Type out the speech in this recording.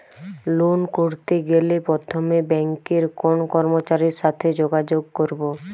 Loan করতে গেলে প্রথমে ব্যাঙ্কের কোন কর্মচারীর সাথে যোগাযোগ করব?